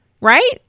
Right